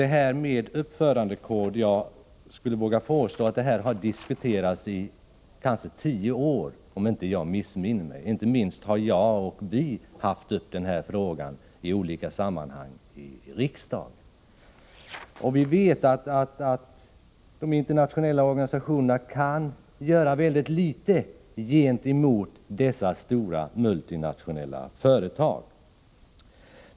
Det här med uppförandekod har, vågar jag påstå, diskuterats länge — i tio år om jag inte missminner mig. Inte minst har jag och vpk haft uppe denna fråga i riksdagen i olika sammanhang. Vi vet att de internationella organisationerna kan göra väldigt litet gentemot dessa stora multinationella företag.